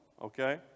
okay